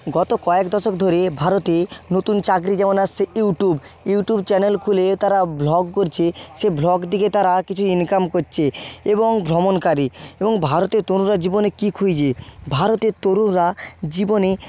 গত কয়েক দশক ধরে ভারতে নতুন চাকরি যেমন আসছে ইউট্যুব ইউট্যুব চ্যানেল খুলে তারা ভ্লগ করছে সে ভ্লগ দিকে তারা কিছু ইনকাম করছে এবং ভ্রমণকারী এবং ভারতের তরুণরা জীবনে কি খুঁজছে ভারতের তরুণরা জীবনে